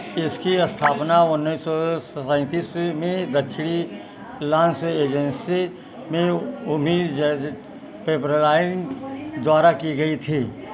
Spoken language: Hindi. इसकी स्थापना उन्नीस सौ सैंतीस में दक्षिणी लॉस में द्वारा की गई थी